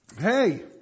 Hey